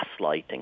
gaslighting